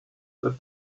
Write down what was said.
that